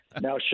Now